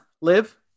live